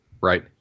right